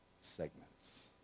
segments